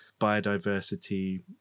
biodiversity